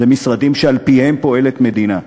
אלה משרדים שעל-פיהם פועלת מדינה.